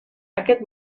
aquest